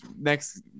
next